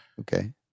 Okay